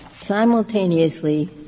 simultaneously